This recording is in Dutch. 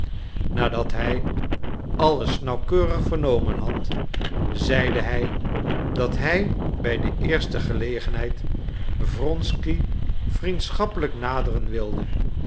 nadat hij alles nauwkeurig vernomen had zeide hij dat hij bij de eerste gelegenheid wronsky vriendschappelijk naderen wilde